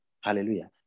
hallelujah